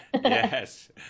Yes